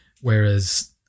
Whereas